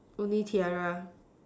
only tiara